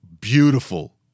beautiful